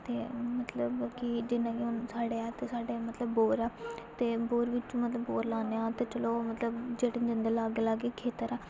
ते मतलब कि जि'यां कि हून साढ़े ऐ साढ़े मतलब बोर ऐ ते बोर बिच मतलब बोर लान्ने आं ते चलो मतलब जेह्ड़े जिं'दे लागै लागै खेत्तर ऐ